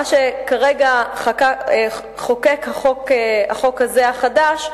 מה שכרגע מחוקק בחוק הזה, החדש,